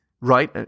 right